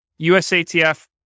USATF